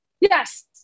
Yes